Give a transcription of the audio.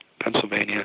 Pennsylvania